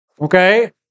Okay